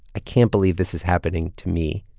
i can't believe this is happening to me.